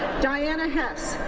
diana hess,